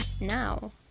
now